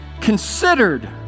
considered